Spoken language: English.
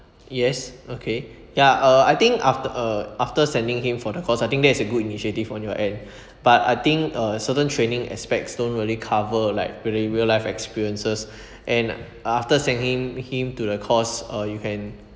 yes okay ya uh I think after uh after sending him for the course I think that is a good initiative on your end but I think uh certain training aspects don't really cover like really real life experiences and after sending him to the course uh you can